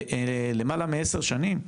למעלה מעשר שנים,